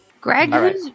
Greg